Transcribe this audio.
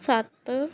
ਸੱਤ